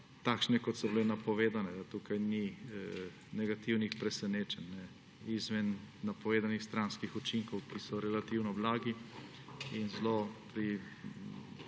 takšne, kot so bile napovedane. Tukaj ni negativnih presenečenj izven napovedanih stranskih učinkov, ki so relativno blagi in pri